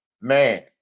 Man